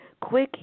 quick